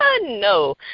no